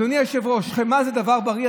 אדוני היושב-ראש, חמאה זה דבר בריא?